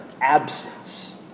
absence